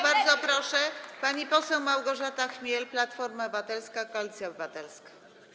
Bardzo proszę, pani poseł Małgorzata Chmiel, Platforma Obywatelska - Koalicja Obywatelska.